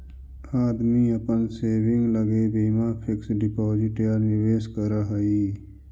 आदमी अपन सेविंग लगी बीमा फिक्स डिपाजिट या निवेश करऽ हई